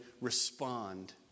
respond